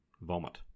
vomit